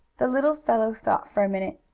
the little fellow thought for a minute.